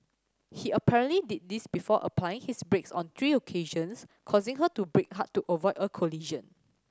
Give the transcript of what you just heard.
he apparently did this before applying his brakes on three occasions causing her to brake hard to avoid a collision